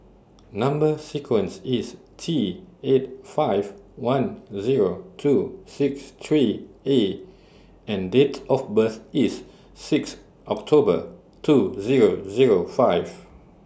Number sequence IS T eight five one Zero two six three A and Date of birth IS six October two Zero Zero five